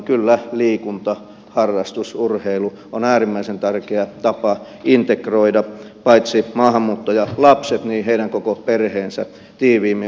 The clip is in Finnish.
kyllä liikuntaharrastus urheilu on äärimmäisen tärkeä tapa integroida paitsi maahanmuuttajalapset myös heidän koko perheensä tiiviimmin osaksi yhteiskuntaa